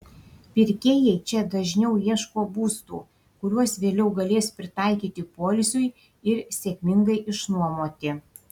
pirkėjai čia dažniau ieško būstų kuriuos vėliau galės pritaikyti poilsiui ir sėkmingai išnuomoti